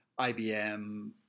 IBM